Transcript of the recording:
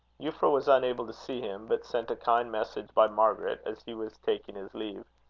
euphra was unable to see him, but sent a kind message by margaret as he was taking his leave.